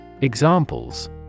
Examples